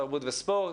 תרבות וספורט,